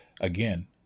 Again